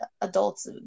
adults